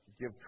give